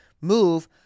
move